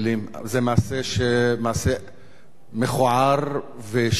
זה מעשה מכוער ושפל,